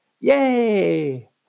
Yay